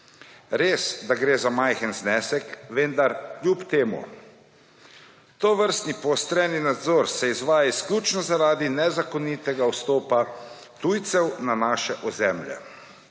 Res, da gre za majhen znesek, vendar kljub temu tovrstni poostreni nadzor se izvaja izključno, zaradi nezakonitega vstopa tujcev na naše ozemlje.